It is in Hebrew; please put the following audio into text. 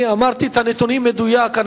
אני הצגתי את הנתונים במדויק.